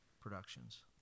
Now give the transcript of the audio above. productions